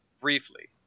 Briefly